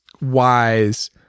wise